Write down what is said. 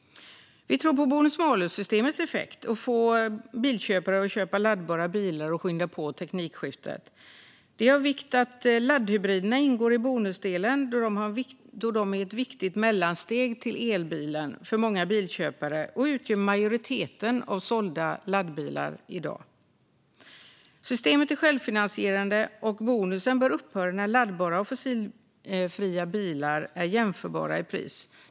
Vi tror på bonus-malus-systemets effekt att få bilköpare att välja laddbara bilar och att skynda på teknikskiftet. Det är av vikt att laddhybrider ingår i bonusdelen, då de är ett viktigt mellansteg till elbilen för många bilköpare och utgör majoriteten av sålda laddbara bilar i dag. Systemet är självfinansierande, och bonusen bör upphöra när laddbara och fossildrivna bilar är jämförbara i pris.